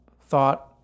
thought